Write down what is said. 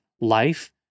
life